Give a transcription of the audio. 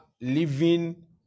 living